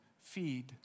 Feed